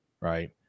right